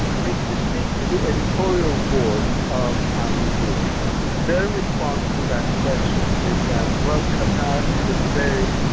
and if you speak to the editorial board of al jazeera their response to that question is that, well, qatar is a very,